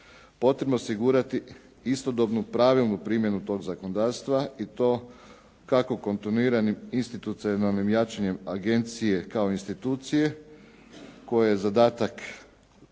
Potrebno je osigurati istodobnu pravilnu primjenu tog zakonodavstva i to kako kontinuiranim institucionalnim jačanjem agencije kao institucije kojoj je u zadatak